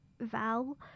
Val